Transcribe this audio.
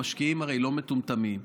המשקיעים הרי לא מטומטמים,